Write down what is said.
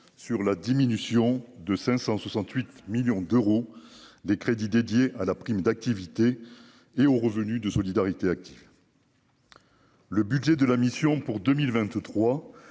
sur la diminution de 568 millions d'euros des crédits dédiés à la prime d'activité et au revenu de solidarité active. Le budget de la mission, pour 2023